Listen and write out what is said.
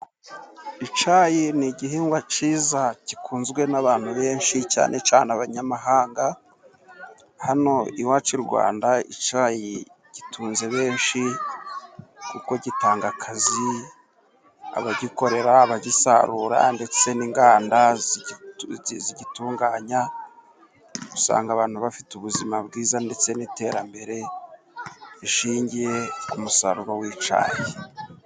Icyayi ni igihingwa cyiza, gikunzwe n'abantu benshi cyane cyane abanyamahanga. hano iwacu irwanda icyayi gitunze benshi, kuko gitanga akazi, abagikorera abagisarura ndetse n'inganda zigitunganya, usanga abantu bafite ubuzima bwiza ndetse n'iterambere, rishingiye ku musaruro w'icyayi.